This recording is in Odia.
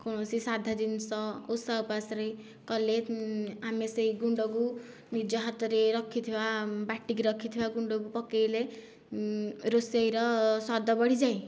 କୌଣସି ସାଧା ଜିନିଷ ଓଷା ଓପାସରେ କଲେ ଆମେ ସେହି ଗୁଣ୍ଡକୁ ନିଜ ହାତରେ ରଖିଥିବା ବାଟିକି ରଖିଥିବା ଗୁଣ୍ଡକୁ ପକେଇଲେ ରୋଷେଇର ସ୍ୱାଦ ବଢ଼ିଯାଏ